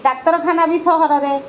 ଡ଼ାକ୍ତରଖାନା ବି ସହରରେ